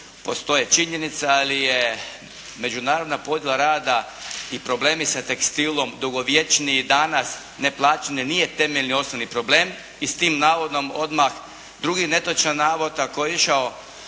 postoje. Činjenica je, ali je međunarodna podjela rada i problemi sa tekstilom dugovječniji danas, neplaćanje nije temeljni osnovni problem i s tim navodom odmah drugi netočan navod. Ako je išao